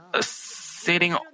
sitting